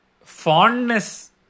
fondness